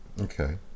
okay